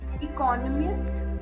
economist